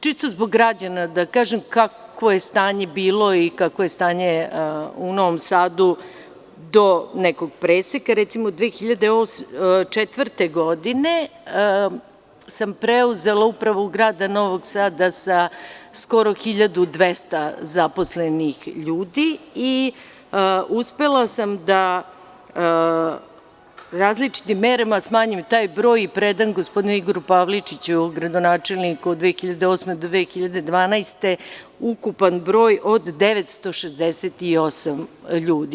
Čisto zbog građana da kažem kakvo je stanje bilo i kakvo je stanje u Novom Sadu do nekog preseka, 2004. godine sam preuzela upravu Grada Novog Sada sa skoro sada 1.200 zaposlenih ljudi i uspela sam da različitim merama smanjim taj broj i predam gospodinu Igoru Pavličiću, gradonačelniku od 2008. do 2012. godine, ukupan broj od 968 ljudi.